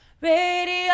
Radio